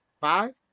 Five